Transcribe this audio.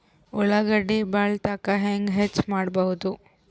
ಉಳ್ಳಾಗಡ್ಡಿ ಬಾಳಥಕಾ ಹೆಂಗ ಹೆಚ್ಚು ಮಾಡಬಹುದು?